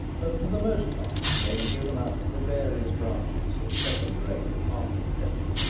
but for the most part they were given up to the various branches of second-rate apartment letting.